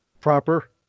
proper